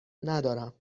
ندارم